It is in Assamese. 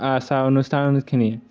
আচাৰ অনুষ্ঠানখিনি